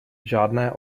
žádné